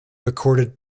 recorded